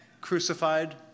crucified